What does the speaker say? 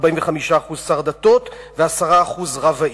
45% שר הדתות ו-10% רב העיר.